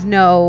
no